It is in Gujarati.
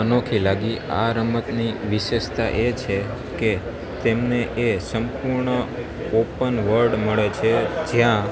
અનોખી લાગી આ રમતની વીશેષતા એ છે કે તેમને એ સંપૂર્ણ ઓપન વર્ડ મળે છે જ્યાં